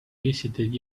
visited